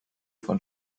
von